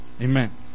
amen